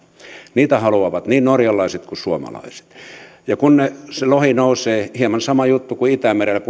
niitä haluavat niin norjalaiset kuin suomalaiset ja kun se lohi aikaisin nousee hieman sama juttu kuin itämerellä